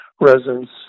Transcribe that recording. residents